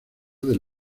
del